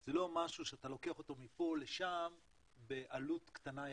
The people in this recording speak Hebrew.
זה לא משהו שאתה לוקח אותו מפה לשם בעלות קטנה יחסית.